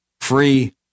free